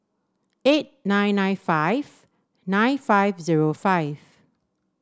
eight nine nine five nine five zero five